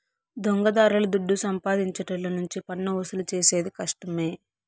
దొంగదారుల దుడ్డు సంపాదించేటోళ్ళ నుంచి పన్నువసూలు చేసేది కష్టమే